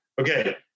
okay